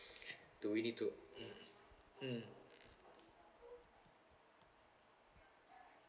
do we need to mm mm